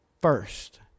First